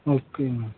okay ma'am